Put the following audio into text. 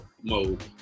mode